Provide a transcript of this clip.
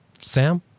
Sam